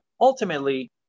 ultimately